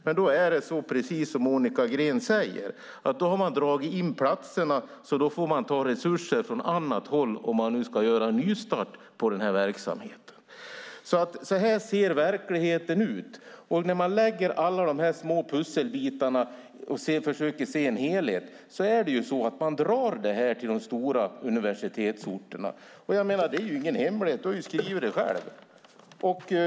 Men då har, precis som Monica Green säger, platserna dragits in så att man får ta resurser från annat håll om man ska göra en nystart av den här verksamheten. Så här ser verkligheten ut. När man lägger alla de här pusselbitarna och försöker se en helhet kan man notera att utbildningar dras till de stora universitetsorterna. Det är ingen hemlighet. Du har ju skrivit det själv.